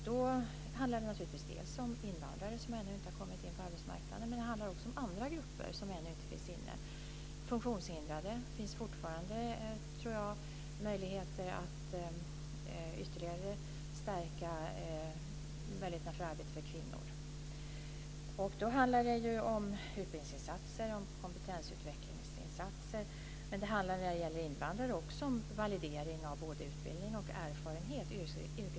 Då handlar det naturligtvis om invandrare som ännu inte har kommit in på arbetsmarknaden men också om andra grupper som ännu inte kommit in. För funktionshindrade kan man fortfarande ytterligare stärka möjligheterna till arbete för kvinnor. Det handlar om utbildningsinsatser och kompetensutvecklingsinsatser. När det gäller invandrare handlar det också om validering av både utbildning och yrkeserfarenhet.